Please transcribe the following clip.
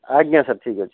ଆଜ୍ଞା ସାର୍ ଠିକ୍ଅଛି